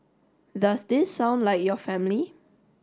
does this sound like your family